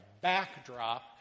backdrop